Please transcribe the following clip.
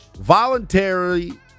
voluntarily